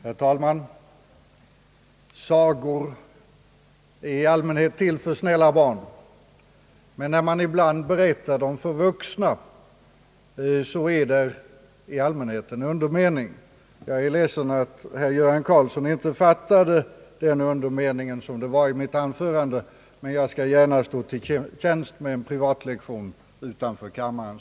Herr talman! Sagor är i allmänhet till för snälla barn, men när man ibland berättar dem för vuxna har de oftast en undermening. Jag är ledsen att herr Göran Karlsson inte fattade undermeningen i mitt anförande, men jag skall gärna senare stå till tjänst med en privatlektion utanför kammaren.